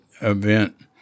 event